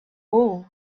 wool